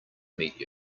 meet